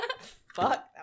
Fuck